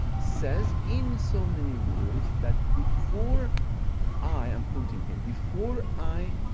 says in so many words, that before i am quoting him before i